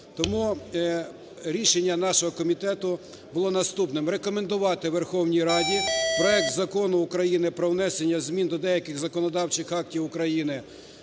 Тому рішення нашого комітету було наступним. Рекомендувати Верховній Раді проект Закону України про внесення змін до деяких законодавчих актів України